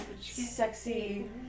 sexy